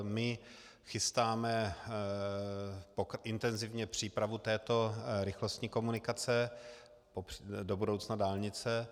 My chystáme intenzivně přípravu této rychlostní komunikace, do budoucna dálnice.